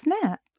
snap